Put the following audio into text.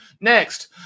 Next